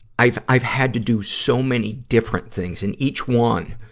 i've, i've had to do so many different things, and each one,